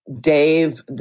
Dave